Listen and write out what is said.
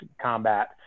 combat